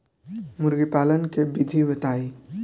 मुर्गीपालन के विधी बताई?